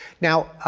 now,